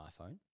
iPhone